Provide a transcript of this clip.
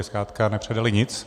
Zkrátka nepředali nic.